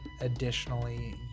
Additionally